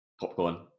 Popcorn